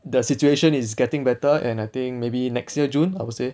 the situation is getting better and I think maybe next year june I would say